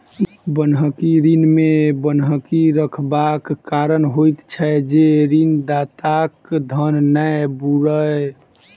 बन्हकी ऋण मे बन्हकी रखबाक कारण होइत छै जे ऋणदाताक धन नै बूड़य